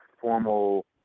formal